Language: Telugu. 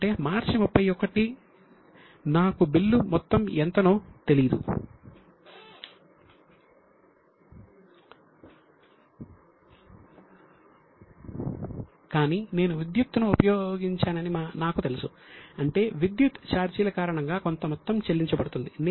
అంటే మార్చి 31 కి నాకు బిల్లు మొత్తం ఎంతనో తెలియదు కాని నేను విద్యుత్తును వినియోగించానని నాకు తెలుసు అంటే విద్యుత్ ఛార్జీల కారణంగా కొంత మొత్తం చెల్లించబడుతుంది